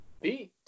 beat